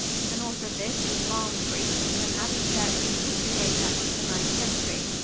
to the north of this is malmesbury, with an abbey church whose history goes back to the ninth century.